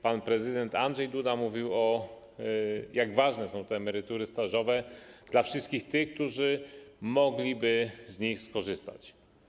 Pan prezydent Andrzej Duda mówił o tym, jak ważne są te emerytury stażowe dla wszystkich tych, którzy mogliby z nich skorzystać.